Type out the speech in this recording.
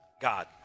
God